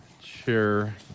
Chair